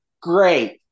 great